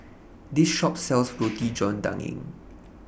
This Shop sells Roti John Daging